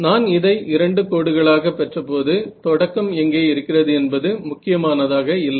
நான் இதை இரண்டு கோடுகளாக பெற்றபோது தொடக்கம் எங்கே இருக்கிறது என்பது முக்கியமானதாக இல்லை